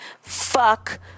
fuck